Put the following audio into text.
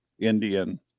indian